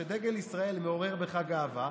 שדגל ישראל מעורר בך גאווה,